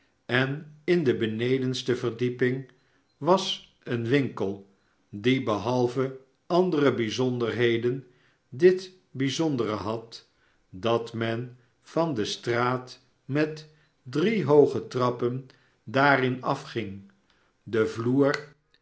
en in de benedenste verdieping was een winkel die behalve andere bijzonderheden dit bijzondere had dat men van de straat met drie hooge trappen daarin afging de vloer